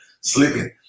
sleeping